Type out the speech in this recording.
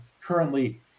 currently